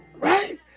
right